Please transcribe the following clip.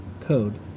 Code